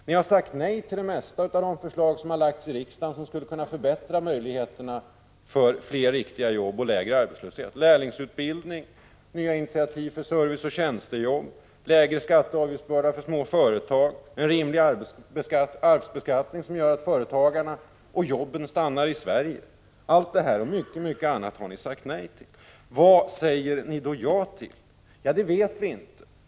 Ni har sagt nej till det mesta av de förslag som lagts fram i riksdagen och som skulle kunna förbättra möjligheterna till fler riktiga jobb och lägre arbetslöshet: lärlingsutbildning, nya initiativ till serviceoch tjänstejobb, lägre skatteoch avgiftsbörda för små företag, en rimlig arvsbeskattning som gör att företagarna och jobben stannar i Sverige. Allt detta och mycket annat har ni sagt nej till. Vad säger ni då ja till? Ja, det vet vi inte.